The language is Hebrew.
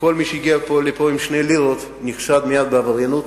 שכל מי שהגיע לפה עם שתי לירות נחשד מייד בעבריינות.